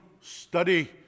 study